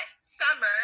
summer